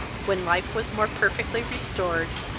when life was more perfectly restored,